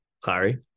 Clary